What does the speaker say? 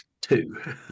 two